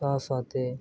ᱥᱟᱶ ᱥᱟᱶᱛᱮ